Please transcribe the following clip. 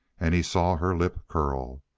and he saw her lip curl.